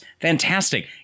fantastic